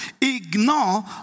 ignore